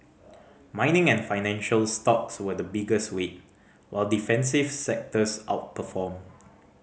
mining and financial stocks were the biggest weight while defensive sectors outperformed